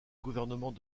gouvernement